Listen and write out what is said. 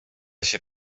się